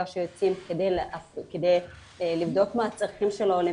שיוצאים כדי לבדוק מה הצרכים של העולים,